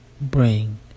bring